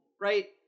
right